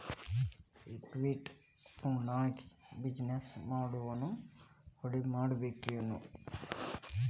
Equity ಫಂಡ್ನ್ಯಾಗ business ಮಾಡೊವ್ರನ ಹೂಡಿಮಾಡ್ಬೇಕೆನು?